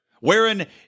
wherein